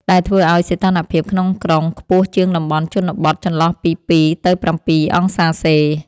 ដែលធ្វើឱ្យសីតុណ្ហភាពក្នុងក្រុងខ្ពស់ជាងតំបន់ជនបទចន្លោះពី ២ ទៅ ៧ អង្សាសេ។